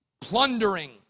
plundering